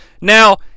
Now